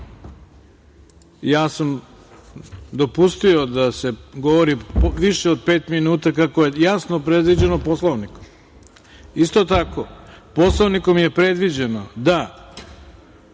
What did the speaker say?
ostalom. Dopustio sam da se govori više od pet minuta, kako je jasno predviđeno Poslovnikom. Isto tako Poslovnikom je predviđeno da